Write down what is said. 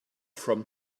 from